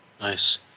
Nice